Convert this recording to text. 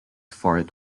fort